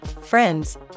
friends